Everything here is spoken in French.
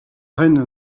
reine